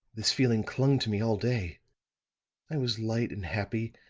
this feeling clung to me all day i was light and happy,